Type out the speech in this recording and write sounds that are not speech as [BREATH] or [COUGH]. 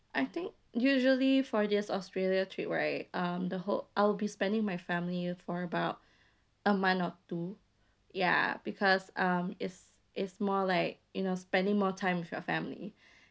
I think usually for just australia trip right um the whole I'll be spending with my family you know for about a month or two ya because um it's it's more like you know spending more time with your family [BREATH]